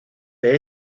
del